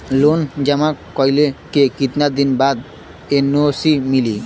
Loan जमा कइले के कितना दिन बाद एन.ओ.सी मिली?